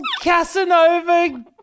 Casanova